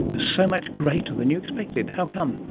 so much greater than you expected. how come?